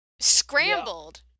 Scrambled